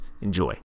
enjoy